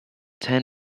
ten